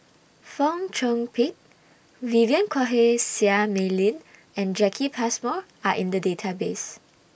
Fong Chong Pik Vivien Quahe Seah Mei Lin and Jacki Passmore Are in The Database